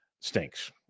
stinks